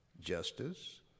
justice